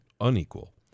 unequal